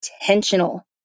intentional